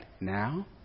now